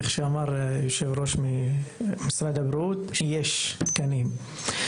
כמו שאמר יושב-הראש ממשרד הבריאות: יש תקנים.